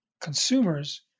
consumers